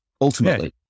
ultimately